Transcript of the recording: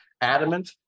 adamant